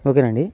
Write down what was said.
ఓకేనా అండీ